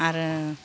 आरो